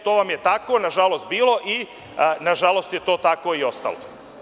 To vam je tako, nažalost, bilo i, nažalost, tako je i ostalo.